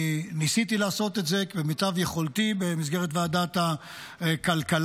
ניסיתי לעשות את זה כמיטב יכולתי במסגרת ועדת הכלכלה.